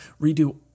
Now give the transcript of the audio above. redo